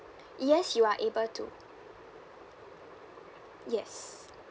yes you are able to yes